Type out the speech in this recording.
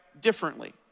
differently